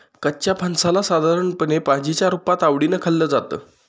कच्च्या फणसाला साधारणपणे भाजीच्या रुपात आवडीने खाल्लं जातं